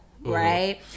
right